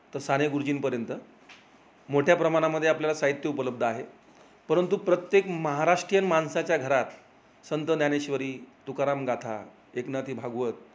तर साने गुरुजींपर्यंत मोठ्या प्रमाणामध्ये आपल्याला साहित्य उपलब्ध आहे परंतु प्रत्येक महाराष्ट्रीयन माणसाच्या घरात संत ज्ञानेश्वरी तुकाराम गाथा एकनाथी भागवत